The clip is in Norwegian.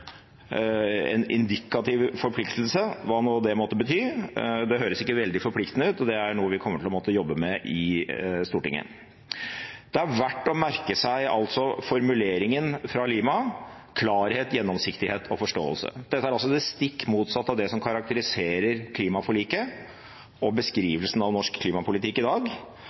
indikativ forpliktelse», hva nå det måtte bety. Det høres ikke veldig forpliktende ut, og det er noe vi kommer til å måtte jobbe med i Stortinget. Det er verdt å merke seg formuleringen fra Lima: klarhet, gjennomsiktighet og forståelse. Dette er det stikk motsatte av det som karakteriserer klimaforliket og beskrivelsen av norsk klimapolitikk i dag.